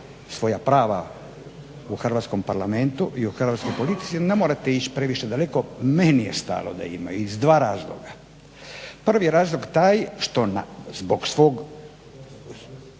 svoja prava u hrvatskom Parlamentu i u hrvatskoj politici ne morate ići previše daleko. Meni je stalo da ima iz dva razloga. Prvi je razlog taj što zbog svog